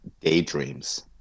daydreams